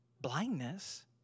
blindness